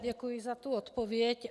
Děkuji za odpověď.